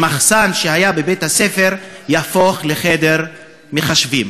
שמחסן שהיה בבית-הספר יהפוך לחדר מחשבים.